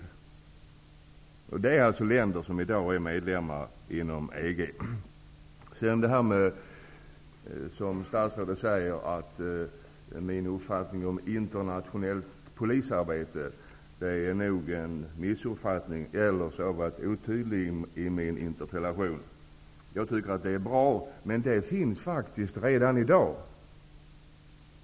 Detta handlar alltså om länder som i dag är medlemmar i EG. När statsrådet talar om min uppfattning om internationellt polisarbete har han nog missuppfattat mig, eller också har jag varit otydlig i min interpellation. Jag tycker att detta arbete är bra, men det finns redan i dag.